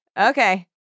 Okay